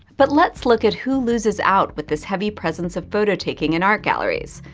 but let's look at who loses out with this heavy presence of photo-taking in art galleries.